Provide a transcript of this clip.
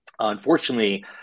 Unfortunately